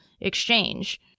exchange